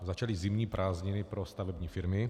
Začaly zimní prázdniny pro stavební firmy.